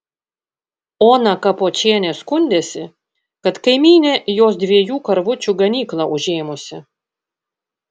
ona kapočienė skundėsi kad kaimynė jos dviejų karvučių ganyklą užėmusi